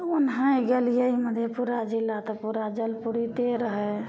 तऽ ओनाहे गेलियै मधेपुरा जिला तऽ पूरा जल पूरिते रहय